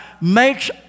makes